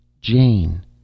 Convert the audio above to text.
Jane